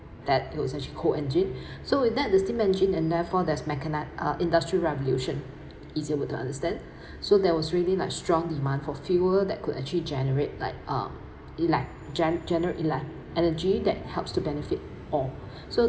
that looks actually cold engine so in that the steam engine and therefore there's mechani~ uh industrial revolution easier word to understand so there was really like strong demand for fewer that could actually generate like uh elect gen~ generate elact~ energy that helps to benefit all so